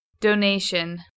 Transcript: Donation